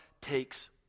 takes